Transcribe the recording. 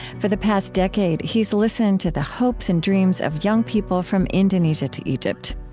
for the past decade, he's listened to the hopes and dreams of young people from indonesia to egypt.